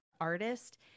artist